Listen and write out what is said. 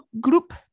group